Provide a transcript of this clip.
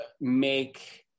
make